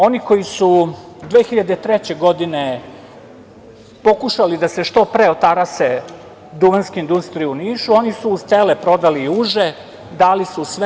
Oni koji su 2003. godine pokušali da se što pre otarase Duvanske industrije u Nišu, oni su uz tele prodali i uže, dali su sve.